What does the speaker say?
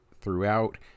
throughout